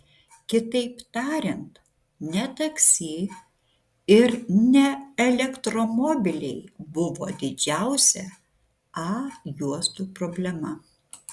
kitaip tariant ne taksi ir ne elektromobiliai buvo didžiausia a juostų problema